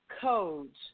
Codes